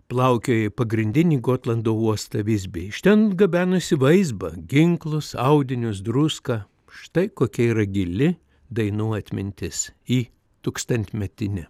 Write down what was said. plaukiojo į pagrindinį gotlando uostą visbį iš ten gabenosi vaizbą ginklus audinius druską štai kokia yra gili dainų atmintis ji tūkstantmetinė